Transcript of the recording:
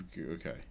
Okay